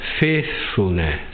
faithfulness